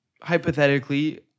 Hypothetically